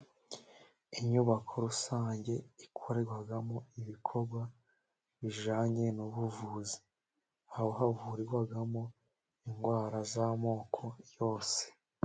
Inyubako rusange ikorerwamo, ibikorwa bijyananye n'ubuvuzi, aho havurirwamo indwara z'amoko yose.